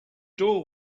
door